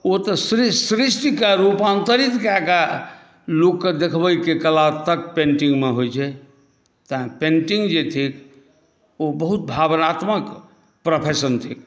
ओ तऽ सृष्टिकेँ रूपान्तरित कए कऽ लोककेँ देखबैके कला तक पेन्टिंगमे होइत छै तैँ पेन्टिंग जे थिक ओ बहुत भवनात्मक प्रोफेशन थिक